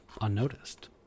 unnoticed